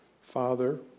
Father